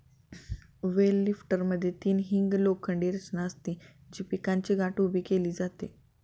bell लिफ्टरमध्ये तीन hinged लोखंडी रचना असते, जी पिकाची गाठ उभी केली जाते